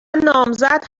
نامزد